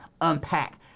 unpack